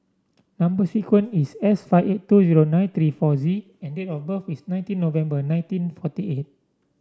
number sequence is S five eight two zero nine three four Z and date of birth is nineteen November nineteen forty eight